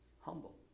humble